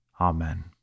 Amen